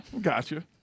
gotcha